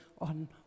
on